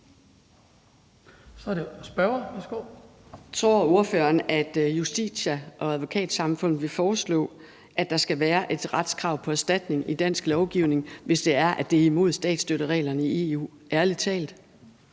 Mona Juul (KF): Tror ordføreren, at Justitia og Advokatsamfundet vil foreslå, at der skal være et retskrav på erstatning i dansk lovgivning, hvis det er sådan, at det er imod statsstøttereglerne i EU – ærlig talt?